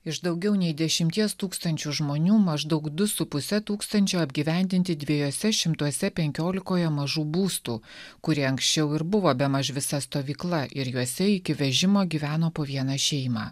iš daugiau nei dešimties tūkstančių žmonių maždaug du su puse tūkstančio apgyvendinti dviejuose šimtuose penkiolikoje mažų būstų kurie anksčiau ir buvo bemaž visa stovykla ir juose iki vežimo gyveno po vieną šeimą